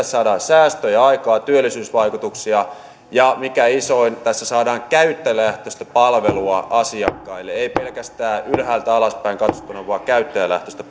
saadaan säästöjä aikaan työllisyysvaikutuksia ja mikä isoin tässä saadaan käyttäjälähtöistä palvelua asiakkaille ei pelkästään ylhäältä alaspäin katsottuna vaan käyttäjälähtöistä